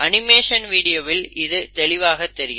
animation வீடியோவில் இது தெளிவாகத் தெரியும்